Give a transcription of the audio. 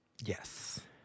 Yes